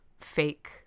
fake